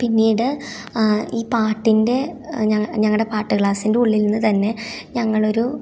പിന്നീട് ഈ പാട്ടിന്റെ ഞങ്ങ ഞങ്ങളുടെ പാട്ട് ക്ലാസിന്റെ ഉള്ളിൽ നിന്ന് തന്നെ ഞങ്ങളൊരു